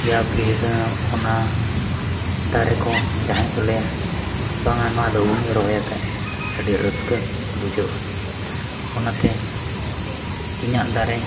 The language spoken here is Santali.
ᱭᱟ ᱯᱷᱤᱨ ᱚᱱᱟ ᱫᱟᱨᱮᱠᱚ ᱡᱟᱦᱟᱸᱭ ᱠᱚ ᱞᱟᱹᱭᱟ ᱵᱟᱝᱟ ᱱᱚᱣᱟ ᱫᱚ ᱩᱱᱤ ᱨᱚᱦᱚᱭ ᱟᱠᱟᱫᱼᱟᱭ ᱟᱹᱰᱤ ᱨᱟᱹᱥᱠᱟᱹ ᱵᱩᱡᱷᱟᱹᱜᱼᱟ ᱚᱱᱟᱛᱮ ᱤᱧᱟᱹᱜ ᱫᱟᱨᱮ